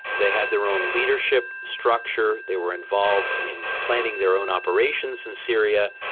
they had their own leadership structure, they were involved in planning their own operations in syria.